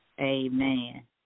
Amen